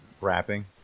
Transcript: Rapping